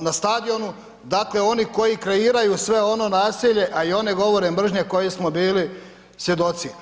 na stadionu, dakle oni kroji kreiraju sve ono nasilje i one govore mržnje kojih smo bili svjedoci.